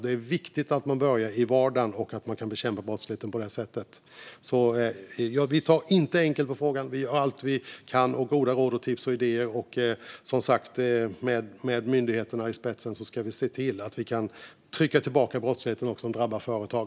Det är viktigt att man börjar i vardagen och att man kan bekämpa brottsligheten på det sättet. Vi tar inte enkelt på frågan, utan vi gör allt vi kan. Vi tar gärna emot goda råd, tips och idéer, och med myndigheterna i spetsen ska vi se till att vi också kan trycka tillbaka den brottslighet som drabbar företag.